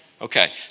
Okay